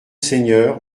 seigneurs